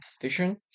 fishing